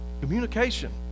Communication